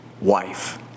wife